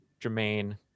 jermaine